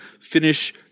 finish